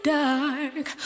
dark